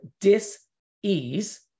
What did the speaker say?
dis-ease